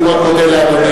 אני מאוד מודה לאדוני.